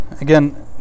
Again